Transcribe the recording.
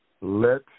Let